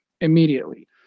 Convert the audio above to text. immediately